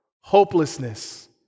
hopelessness